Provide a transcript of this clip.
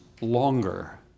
longer